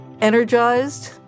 Energized